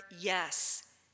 yes